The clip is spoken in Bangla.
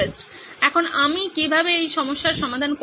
এখন আমি কিভাবে এই সমস্যার সমাধান করব